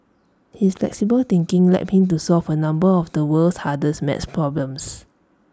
his flexible thinking led him to solve A number of the world's hardest math problems